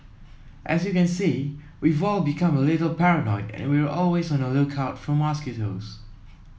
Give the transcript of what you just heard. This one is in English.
as you can see we've all become a little paranoid and we're always on the lookout for mosquitoes